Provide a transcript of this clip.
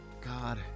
God